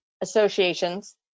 associations